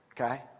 Okay